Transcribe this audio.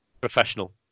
Professional